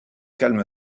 calme